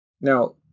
Now